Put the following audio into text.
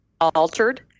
altered